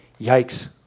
yikes